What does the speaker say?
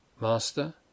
Master